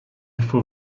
faut